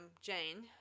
Jane